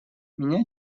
меня